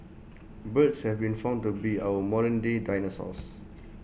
birds have been found to be our modern day dinosaurs